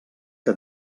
que